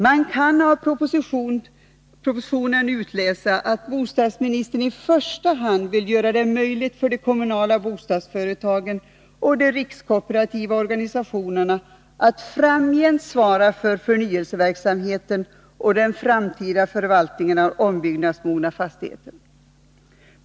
Man kan av propositionen utläsa att bostadsministern i första hand vill göra det möjligt för de kommunala bostadsföretagen och de rikskooperativa organisationerna att framgent svara för förnyelseverksamheten och förvaltningen av ombyggnadsmogna fastigheter.